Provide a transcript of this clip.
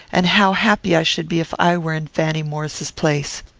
and how happy i should be if i were in fanny maurice's place.